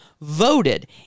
voted